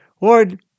Lord